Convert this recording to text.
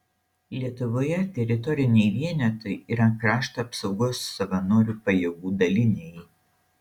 lietuvoje teritoriniai vienetai yra krašto apsaugos savanorių pajėgų daliniai